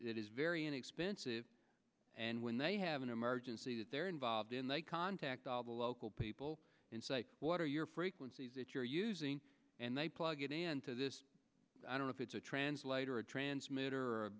that is very inexpensive and when they have an emergency that they're involved in they contact the local people and say what are your frequencies that you're using and they plug it into this i don't know if it's a translator a transmit